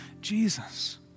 Jesus